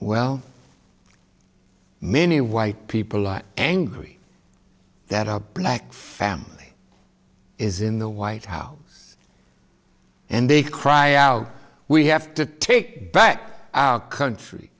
well many white people are angry that a black family is in the white house and they cry out we have to take back our country